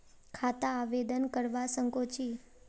खाता आवेदन करवा संकोची?